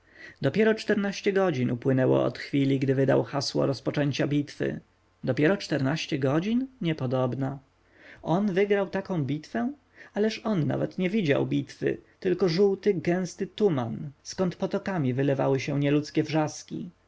dopiero czternaście godzin upłynęło od chwili gdy wydał hasło rozpoczęcia bitwy dopiero czternaście godzin niepodobna on wygrał taką bitwę ależ on nawet nie widział bitwy tylko żółty gęsty tuman skąd potokami wylewały się nieludzkie wrzaski